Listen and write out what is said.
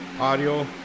audio